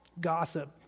gossip